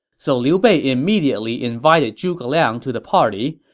so liu bei immediately invited zhuge liang to the party,